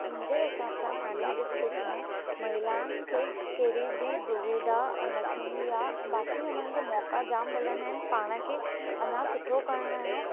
मुंहिंजे हिसाब सां थाने डिस्ट्रिक्ट में महिलाउनि खे कहिड़ी बि दुविधा न थींदी आहे बाक़ी हुननि खे मौक़ा जामु मिलंदा आहिनि पाण खे अञा सुठो करण जो